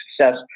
success